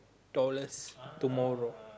dollars tomorrow